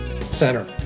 Center